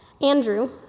Andrew